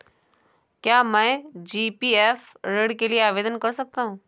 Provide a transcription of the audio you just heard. क्या मैं जी.पी.एफ ऋण के लिए आवेदन कर सकता हूँ?